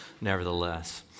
nevertheless